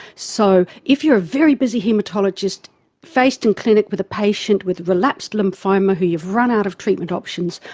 so if you are a very busy haematologist faced in clinic with a patient with a relapsed lymphoma who you've run out of treatment options